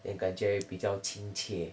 then 感觉比较亲切